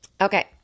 Okay